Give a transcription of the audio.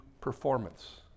performance